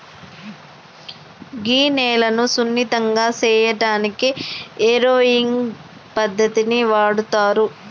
గీ నేలను సున్నితంగా సేయటానికి ఏరోయింగ్ పద్దతిని వాడుతారు